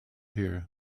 here